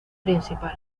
principal